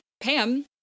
Pam